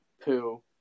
poo